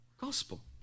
gospel